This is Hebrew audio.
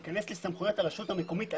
להיכנס לסמכויות הרשות המקומית עצמה.